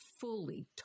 fully